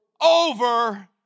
over